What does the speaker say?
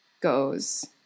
goes